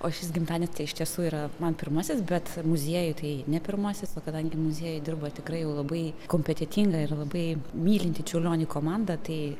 o šis gimtadienis iš tiesų yra man pirmasis bet muziejuje tai ne pirmasis o kadangi muziejai dirba tikrai labai kompetentingai ir labai mylinti čiurlionį komanda tai